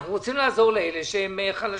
אנחנו רוצים לעזור לאלה שהם חלשים.